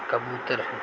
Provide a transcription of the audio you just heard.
کبوتر ہیں